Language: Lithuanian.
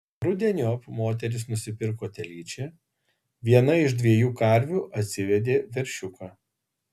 rudeniop moteris nusipirko telyčią viena iš dviejų karvių atsivedė veršiuką